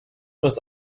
must